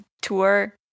tour